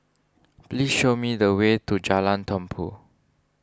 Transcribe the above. please show me the way to Jalan Tumpu